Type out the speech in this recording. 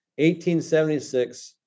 1876